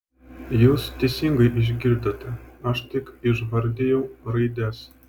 jūs teisingai išgirdote aš tik išvardijau raides